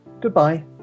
Goodbye